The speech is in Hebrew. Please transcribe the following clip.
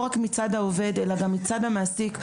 מצד העובד ומצד המעסיק,